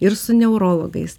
ir su neurologais